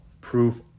Proof